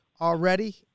already